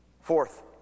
Fourth